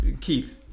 Keith